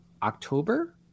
october